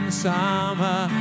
summer